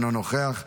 אינו נוכח,